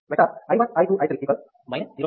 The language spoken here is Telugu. vector i 1 i 2 i 3 0